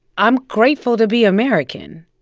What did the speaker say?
i'm grateful to be american.